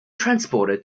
transported